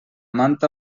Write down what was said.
manta